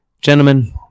Gentlemen